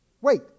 Wait